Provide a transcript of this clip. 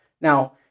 Now